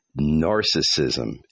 narcissism